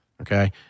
Okay